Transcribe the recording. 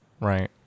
Right